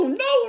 no